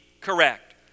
correct